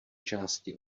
části